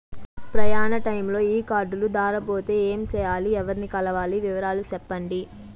ప్రయాణ టైములో ఈ కార్డులు దారబోతే ఏమి సెయ్యాలి? ఎవర్ని కలవాలి? వివరాలు సెప్పండి?